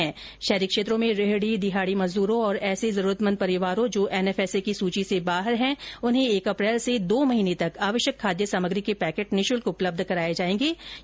जबकि शहरी क्षेत्रों में रेहडी दिहाड़ी मजदूरों और ऐसे जरूरतमंद परिवारों जो एनएफएसए की सूची से बाहर हैं उन्हे एक अप्रेल से दो माह तक आवश्यक खाद्य सामग्री के पैकेट निशुल्क उपलब्ध कराए जाने के भी निर्देश दिए हैं